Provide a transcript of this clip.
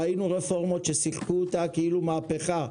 ראינו רפורמות ששיחקו אותה כאילו מהפכה.